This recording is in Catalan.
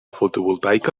fotovoltaica